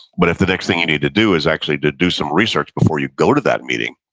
but if the next thing you need to do is actually to do some research before you go to that meeting,